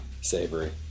Savory